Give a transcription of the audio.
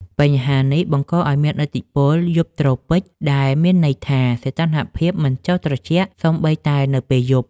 បញ្ហានេះបង្កឱ្យមានឥទ្ធិពល យប់ត្រូពិក ដែលមានន័យថាសីតុណ្ហភាពមិនចុះត្រជាក់សូម្បីតែនៅពេលយប់។